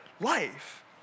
life